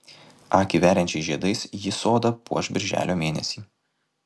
akį veriančiais žiedais ji sodą puoš birželio mėnesį